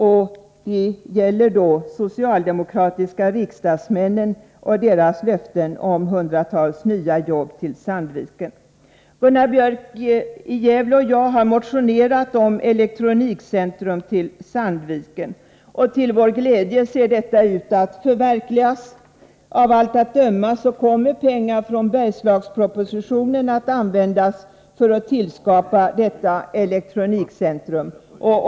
Det gäller då om de socialdemokratiska riksdagsmännen kan uppfylla sina löften om hundratals nya jobb i Sandviken. Gunnar Björk i Gävle och jag har också motionerat om ett elektronikcentrum till Sandviken. Till vår glädje ser detta ut att förverkligas. Av allt att döma kommer pengar som anslagits i Bergslagspropositionen att användas till att skapa detta elektronikcentrum.